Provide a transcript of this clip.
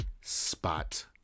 spot